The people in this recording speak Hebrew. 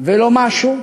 ולא משו.